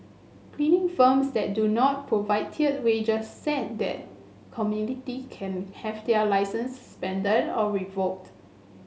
cleaning firms that do not provide tiered wages set the community can have their licences suspended or revoked